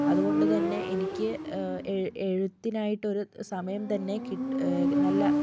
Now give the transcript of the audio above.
അതുകൊണ്ട് തന്നെ എനിക്ക് എഴ് എഴുത്തിനായിട്ടൊരു സമയം തന്നെ കിട്ട് നല്ല